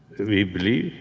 we believe,